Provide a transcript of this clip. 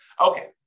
Okay